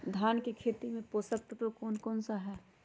धान की खेती में पोषक तत्व कौन कौन सा है?